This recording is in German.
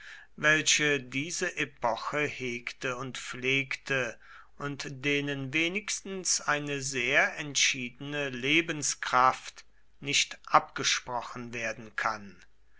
welche diese epoche hegte und pflegte und denen wenigstens eine sehr entschiedene lebenskraft nicht abgesprochen werden kann